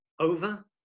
over